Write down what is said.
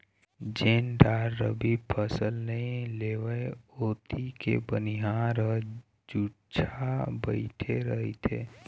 जेन डाहर रबी फसल नइ लेवय ओती के बनिहार ह जुच्छा बइठे रहिथे